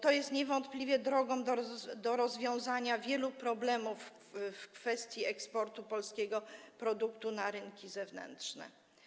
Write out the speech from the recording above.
To jest niewątpliwie droga do rozwiązania wielu problemów w kwestii eksportu polskiego produktu na rynki zewnętrzne.